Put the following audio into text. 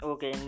Okay